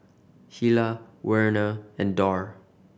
Hilah Werner and Dorr